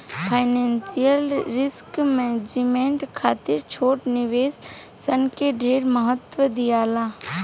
financial risk management खातिर छोट निवेश सन के ढेर महत्व दियाला